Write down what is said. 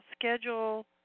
schedule